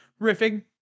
riffing